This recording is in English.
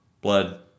blood